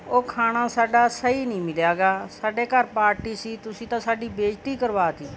ਉਹ ਖਾਣਾ ਸਾਡਾ ਸਹੀ ਨਹੀਂ ਮਿਲਿਆ ਗਾ ਸਾਡੇ ਘਰ ਪਾਰਟੀ ਸੀ ਤੁਸੀਂ ਤਾਂ ਸਾਡੀ ਬੇਇੱਜ਼ਤੀ ਕਰਵਾ ਦਿੱਤੀ